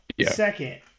second